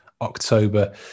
October